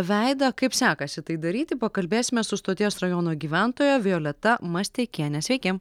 veidą kaip sekasi tai daryti pakalbėsime su stoties rajono gyventoja violeta masteikiene sveiki